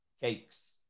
cakes